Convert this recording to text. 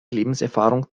lebenserfahrung